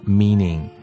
meaning